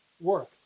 work